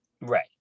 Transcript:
Right